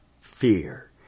fear